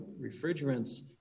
refrigerants